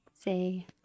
Say